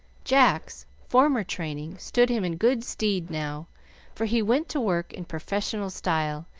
jack's former training stood him in good stead now for he went to work in professional style,